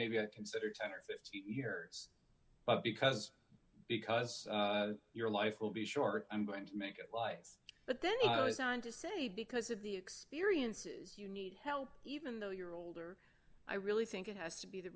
maybe i'll consider ten or fifteen years but because because your life will be short i'm going to make it wise but then he goes on to say because of the experiences you need help even though you're older i really think it has to be the